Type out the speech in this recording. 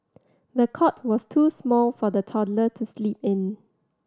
the cot was too small for the toddler to sleep in